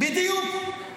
בדיוק.